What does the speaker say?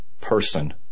person